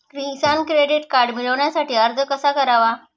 किसान credit card मिळवण्यासाठी अर्ज कसा करावा?